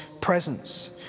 presence